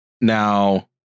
Now